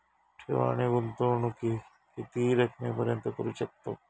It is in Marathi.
ठेव आणि गुंतवणूकी किती रकमेपर्यंत करू शकतव?